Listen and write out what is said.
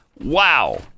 Wow